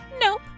Nope